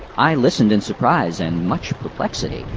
i listened in surprise and much perplexity,